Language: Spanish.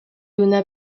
una